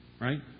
Right